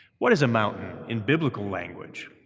what is a mountain in biblical language?